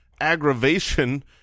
aggravation